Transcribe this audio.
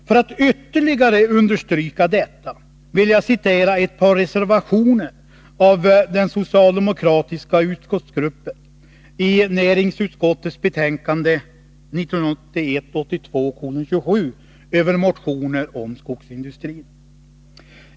För att ytterligare understryka detta vill jag citera ett par reservationer av den socialdemokratiska utskottsgruppen i näringsutskottets betänkande 1981/82:27 över motioner om skogsindustrin.